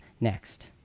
next